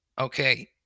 Okay